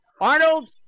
Arnold